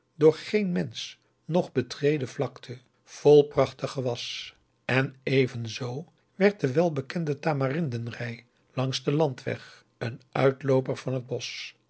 door geen mensch nog betreden vlakte vol prachtig gewas en evenzoo werd de welbekende tamarinden rij langs den landweg een uitlooper van het bosch